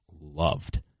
loved